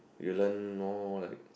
you learn more like